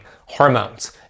hormones